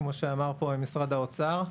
כמו שאמרו פה ממשרד האוצר.